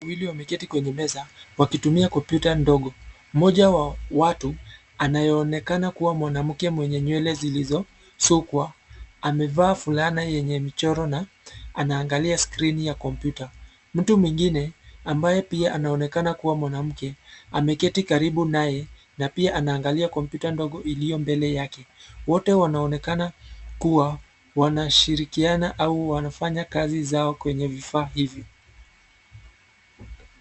Wawili wameketi kwenye meza wakitumia kompyuta ndogo, mmoja wa watu anayeonekana kuwa mwanamke mwenye nywele zilizoshukwa. Amevaa fulana yenye michoro na anaangalia skrini ya kompyuta . Mtu mwingine ambaye pia anaonekana kuwa mwanamke ameketi karibu naye na pia anaangalia kompyuta ndogo iliyo mbele yake . Wote wanaonekana kuwa wanashirikiana au wanafanya kazi zao kwenye vifaa hivi.